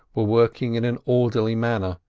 were working in an orderly manner,